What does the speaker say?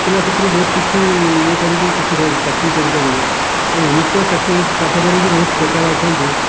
ପିଲା ସେଥିରେ କିଛି ଇଏ କରିକି ଚାକିରି କରିପାରିବେ ଆଉ ଏମିତି ତ ଚାକିରି ପାଠ ପଢ଼ିକି ବହୁତ ବେକାର ଅଛନ୍ତି